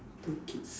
two kids